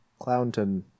Clownton